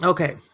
Okay